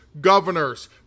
governors